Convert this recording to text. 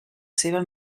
seva